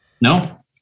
No